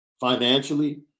Financially